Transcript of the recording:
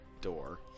door